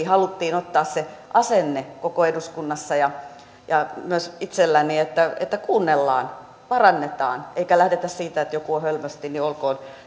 haluttiin ottaa se asenne koko eduskunnassa ja ja myös itse halusin että kuunnellaan parannetaan eikä lähdetty siitä että jos joku on hölmösti niin olkoon